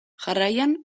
jarraian